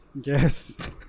Yes